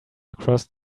across